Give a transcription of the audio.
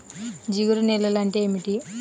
జిగురు నేలలు అంటే ఏమిటీ?